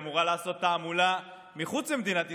היא אמורה לעשות תעמולה מחוץ למדינת ישראל.